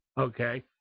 okay